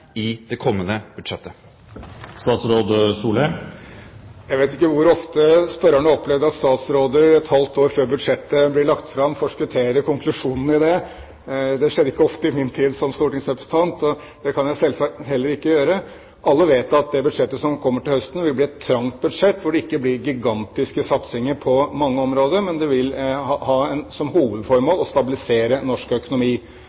i det kommende budsjettet? Jeg vet ikke hvor ofte spørreren har opplevd at statsråder et halvt år før budsjettet blir lagt fram, forskutterer konklusjonene i det. Det skjedde ikke ofte i min tid som stortingsrepresentant – og det kan selvsagt heller ikke jeg gjøre. Alle vet at det budsjettet som kommer til høsten, vil bli et trangt budsjett, hvor det ikke blir gigantiske satsinger på mange områder, men hvor man vil ha som hovedformål å stabilisere norsk økonomi.